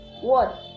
one